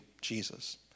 Jesus